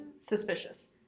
Suspicious